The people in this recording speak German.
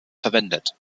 verwendet